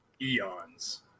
eons